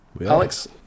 Alex